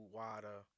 water